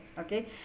Okay